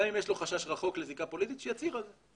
גם אם יש לו חשש רחוק לזיקה פוליטית שיצהיר על זה.